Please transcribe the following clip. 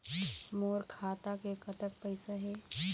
मोर खाता मे कतक पैसा हे?